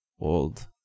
old